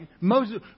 Moses